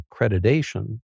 accreditation